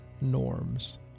norms